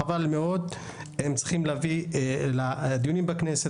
חבל מאוד הם צריכים להביא לדיונים בכנסת